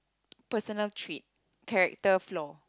personal trait character flaw